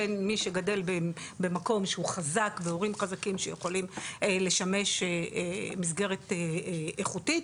בין מי שגדל במקום שהוא חזק והורים חזקים שיכולים לשמש מסגרת איכותית,